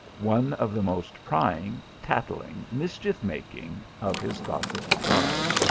one of the most prying, tattling, mischief-making, of his gossip tribe.